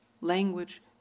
Language